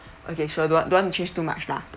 okay sure don't want don't want to change too much lah